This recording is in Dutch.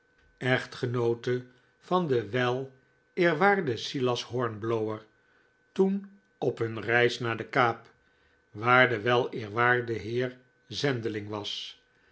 echtgenoote van den weleerwaarden silas hornblower toen op hun reis naar de kaap waar de weleerwaarde heer zendeling was